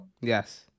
Yes